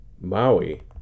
Maui